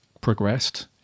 progressed